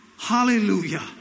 hallelujah